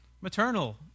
Maternal